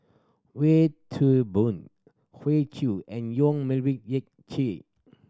Wee Toon Boon Hoey Choo and Yong Melvin Yik Chye